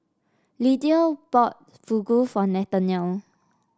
Lydia bought Fugu for Nathanael